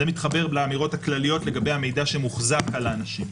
זה מתחבר לאמירות הכלליות לגבי המידע שמוחזק על האנשים.